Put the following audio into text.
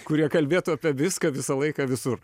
kurie kalbėtų apie viską visą laiką visur